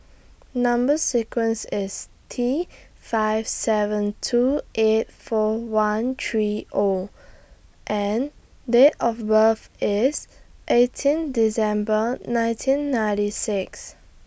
Number sequence IS T five seven two eight four one three O and Date of birth IS eighteen December nineteen ninety six